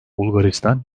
bulgaristan